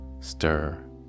stir